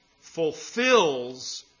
fulfills